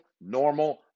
normal